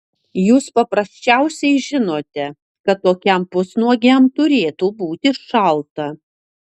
jūs paprasčiausiai žinote kad tokiam pusnuogiam turėtų būti šalta